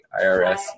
irs